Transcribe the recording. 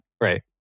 Right